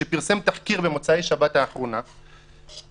שפרסם תחקיר על הקרן במוצאי שבת האחרונה שהדיון